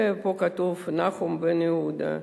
ופה כתוב: נחום בן-יהודה,